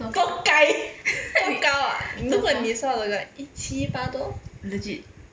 多 如果你说的 like 一七八多